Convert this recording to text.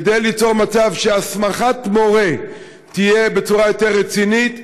כדי ליצור מצב שהסמכת מורה תהיה בצורה יותר רצינית,